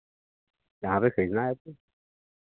हमें भी खरीदना है तो